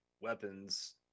weapons